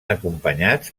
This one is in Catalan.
acompanyats